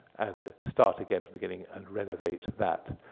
and start again from beginning, and renovate that.